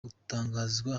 gutangazwa